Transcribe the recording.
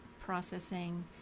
processing